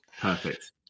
Perfect